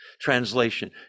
translation